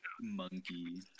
monkey